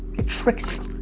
it tricks